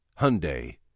Hyundai